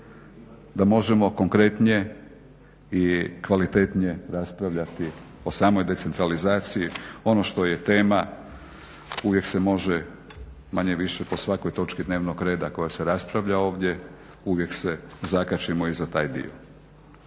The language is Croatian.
da možemo konkretnije i kvalitetnije raspravljati o samoj decentralizaciji ono što je tema uvijek se može manje-više po svakoj točki dnevnog reda koja se raspravlja ovdje uvijek se zakačimo i za taj dio.